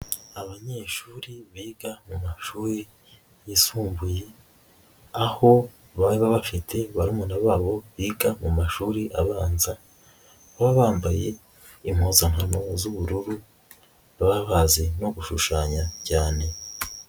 Abanyeshuri biga mu mashuri yisumbuye, aho baba bafite barumuna babo biga mu mashuri abanza, baba bambaye impuzankano z'ubururu, baba bazi no gushushanya cyane.